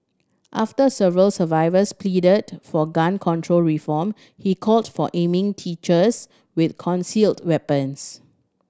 after several survivors pleaded for gun control reform he called for aiming teachers with concealed weapons